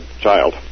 child